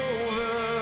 over